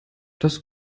das